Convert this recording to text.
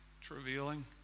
travailing